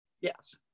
Yes